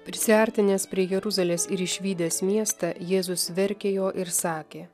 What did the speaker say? prisiartinęs prie jeruzalės ir išvydęs miestą jėzus verkė jo ir sakė